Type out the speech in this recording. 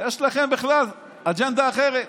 יש לכם בכלל אג'נדה אחרת.